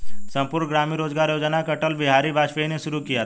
संपूर्ण ग्रामीण रोजगार योजना को अटल बिहारी वाजपेयी ने शुरू किया था